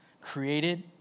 created